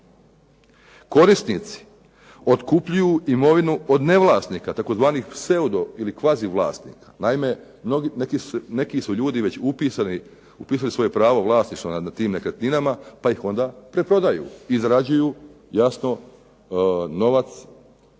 Korisnici otkupljuju imovinu od nevlasnika, tzv. Pseudo ili kvazi vlasnika. Naime, neki su ljudi upisali svoje pravo vlasništva nad tim nekretninama pa ih onda preprodaju i zarađuju jasno novac